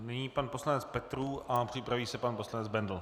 Nyní pan poslanec Petrů a připraví se pan poslanec Bendl.